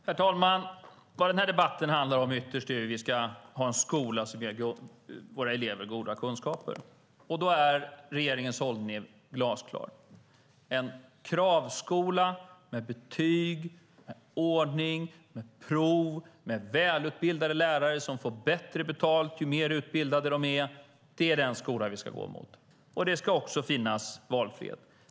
Herr talman! Vad den här debatten ytterst handlar om är hur vi ska få en skola som ger våra elever goda kunskaper. Där är regeringens hållning glasklar. Vi ska sträva mot en kravskola med betyg, ordning, prov och välutbildade lärare som får bättre betalt ju mer utbildade de är. Det ska också finnas valfrihet.